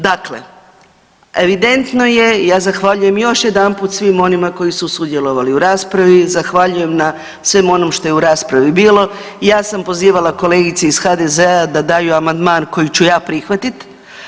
Dakle, evidentno je i ja zahvaljujem još jedanput svim onima koji su sudjelovali u raspravi, zahvaljujem na svemu onom što je u raspravi bilo, ja sam pozivala kolegice iz HDZ-a da daju amandman kojeg ću ja prihvatiti.